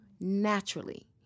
naturally